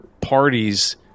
parties